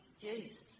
Jesus